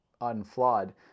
unflawed